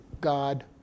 God